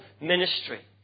ministry